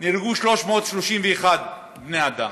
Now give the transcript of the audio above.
נהרגו 331 בני אדם.